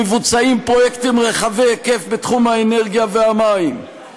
מבוצעים פרויקטים רחבי היקף בתחום האנרגיה והמים,